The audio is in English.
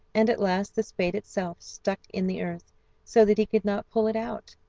and at last the spade itself stuck in the earth so that he could not pull it out.